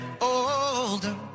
older